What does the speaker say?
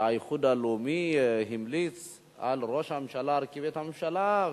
שהאיחוד הלאומי המליץ על ראש הממשלה להרכיב את הממשלה.